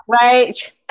right